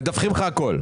מדווחים לך הכול.